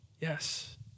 Yes